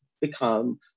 become